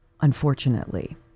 Unfortunately